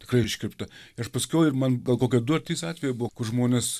tikrai iškirpta ir aš paskiau ir man gal kokie du ar trys atvejai buvo kur žmonės